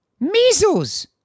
Measles